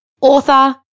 author